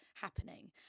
Happening